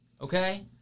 okay